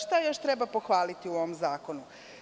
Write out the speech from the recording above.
Šta još treba pohvaliti u ovom zakonu?